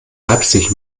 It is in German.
leipzig